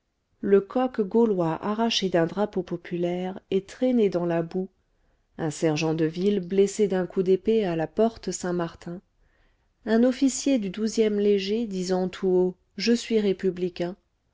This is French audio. le coq gaulois arraché d'un drapeau populaire et traîné dans la boue un sergent de ville blessé d'un coup d'épée à la porte saint-martin un officier du ème léger disant tout haut je suis républicain